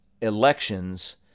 elections